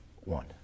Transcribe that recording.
One